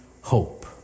hope